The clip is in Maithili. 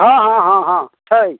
हँ हँ हाँ हाँ छै